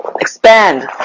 expand